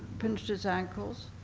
pinched his ankles,